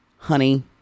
Honey